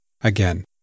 Again